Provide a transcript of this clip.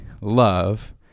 love